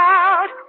out